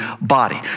body